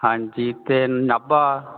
ਹਾਂਜੀ ਅਤੇ ਨਾਭਾ